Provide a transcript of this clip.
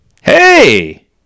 Hey